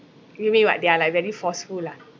you mean what they are like very forceful ah